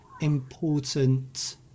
important